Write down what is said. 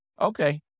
okay